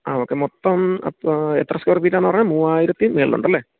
ആ ഓക്കെ മൊത്തം അപ്പോള് എത്ര സ്ക്വെയർ ഫീറ്റാണെന്നാണു പറഞ്ഞത് മൂവായിരത്തിനു മുകളിലുണ്ട് അല്ലേ